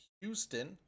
Houston